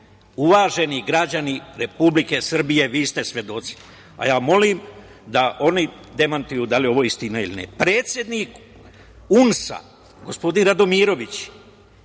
Vučića. Uvaženi građani Republike Srbije, vi ste svedoci. Ja molim da oni demantuju da li je ovo istina ili ne. Predsednik UNS-a, gospodin Radomirović,